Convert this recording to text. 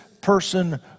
person